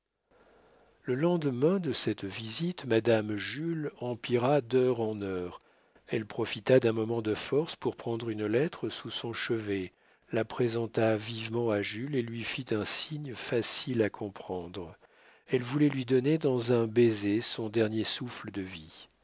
le lendemain de cette visite madame jules empira d'heure en heure elle profita d'un moment de force pour prendre une lettre sous son chevet la présenta vivement à jules et lui fit un signe facile à comprendre elle voulait lui donner dans un baiser son dernier souffle de vie